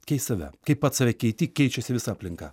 keisk save kai pats save keiti keičiasi visa aplinka